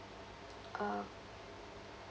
uh